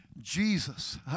Jesus